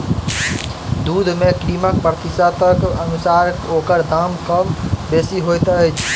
दूध मे क्रीमक प्रतिशतक अनुसार ओकर दाम कम बेसी होइत छै